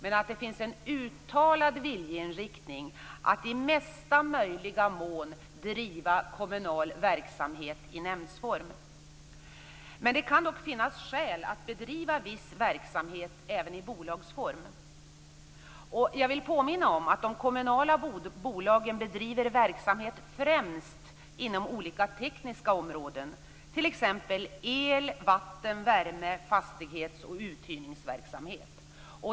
Däremot finns det en uttalad viljeinriktning att i mesta möjliga mån driva kommunal verksamhet i nämndform. Det kan dock finnas skäl att bedriva viss verksamhet även i bolagsform. Jag vill påminna om att de kommunala bolagen bedriver verksamhet främst inom olika tekniska områden, t.ex. el-, vatten-, värme-, fastighetsoch uthyrningsverksamhet.